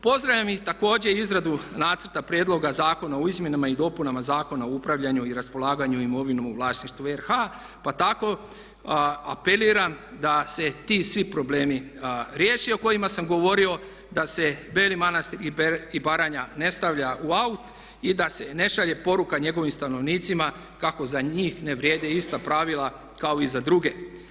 Pozdravljam i također izradu nacrta prijedloga Zakona o izmjenama i dopunama Zakona o upravljanju i raspolaganju imovinom u vlasništvu RH pa tako apeliram da se svi ti problemi riješe, o kojima sam govorio, da se Beli Manastir i Baranja ne stavlja u out i da se ne šalje poruka njegovim stanovnicima kako za njih ne vrijede ista pravila kao i za druge.